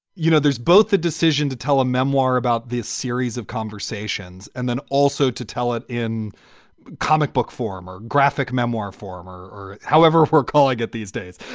you know, there's both the decision to tell a memoir about the series of conversations and then also to tell it in comic book form or graphic memoir form or or however we're calling it these days.